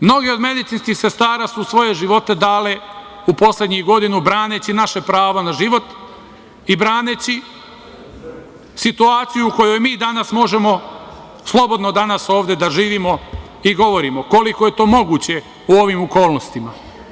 Mnoge od medicinskih sestara su svoje živote dale u poslednjih godinu dana braneći naše pravo na život i braneći situaciju u kojoj mi danas možemo slobodno danas da živimo i govorimo, koliko je to moguće u ovim okolnostima.